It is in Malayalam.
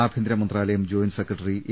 ആഭ്യന്തര മന്ത്രാലയം ജോയിൻറ് സെക്രട്ടറി എ